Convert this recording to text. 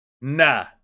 nah